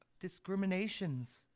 discriminations